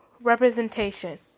representation